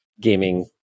gaming